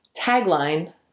tagline